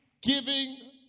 giving